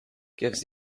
gives